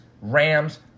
Rams